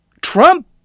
Trump